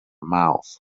mouth